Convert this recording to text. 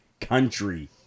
country